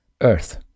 earth